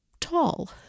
tall